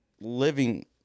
living